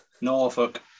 Norfolk